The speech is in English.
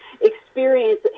experience